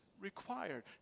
required